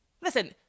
listen